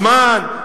זמן,